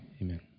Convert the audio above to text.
Amen